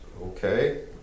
Okay